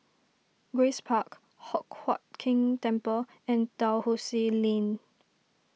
Grace Park Hock Huat Keng Temple and Dalhousie Lane